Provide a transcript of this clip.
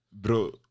bro